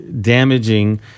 damaging